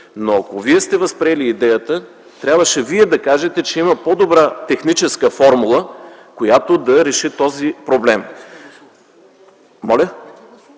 Но ако Вие сте възприели идеята, трябваше Вие да кажете, че има по-добра техническа формула, която да реши този проблем.